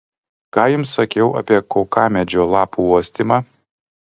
ką jums sakiau apie kokamedžio lapų uostymą